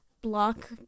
block